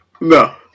No